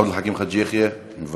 עבד אל חכים חאג' יחיא, מוותר,